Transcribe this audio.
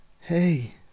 hey